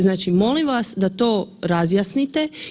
Znači molim vas da to razjasnite.